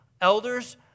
elders